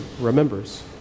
remembers